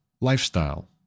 lifestyle